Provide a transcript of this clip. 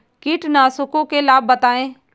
कीटनाशकों के लाभ बताएँ?